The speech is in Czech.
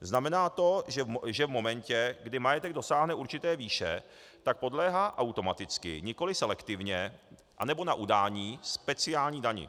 Znamená to, že v momentě, kdy majetek dosáhne určité výše, tak podléhá automaticky, nikoli selektivně nebo na udání, speciální dani.